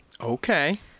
Okay